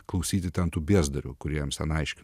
klausytiten tų biezdarių kurie jiems ten aiškina